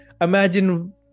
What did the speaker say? imagine